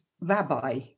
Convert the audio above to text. rabbi